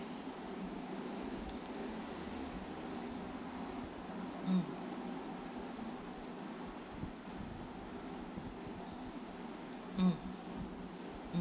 mm mm mm